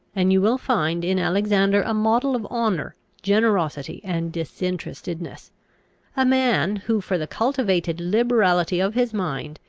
and you will find in alexander a model of honour, generosity, and disinterestedness a man who, for the cultivated liberality of his mind,